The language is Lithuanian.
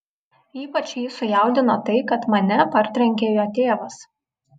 ypač jį sujaudino tai kad mane partrenkė jo tėvas